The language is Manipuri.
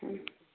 ꯎꯝ